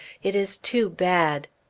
it is too bad.